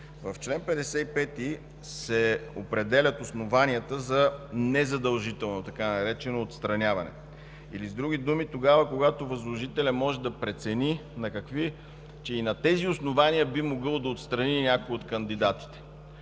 В чл. 55 се определят основанията за така нареченото „незадължително отстраняване”, с други думи, когато възложителят може да прецени, че и на тези основания би могъл да отстрани някой от кандидатите.